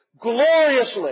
Gloriously